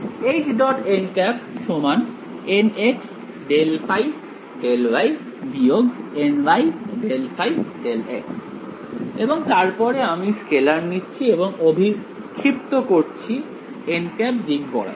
· nx ∂ϕ∂y ny ∂ϕ∂x এবং তারপরে আমি স্কেলার নিচ্ছি এবং অভিক্ষিপ্ত করছি দিক বরাবর